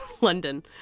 London